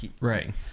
right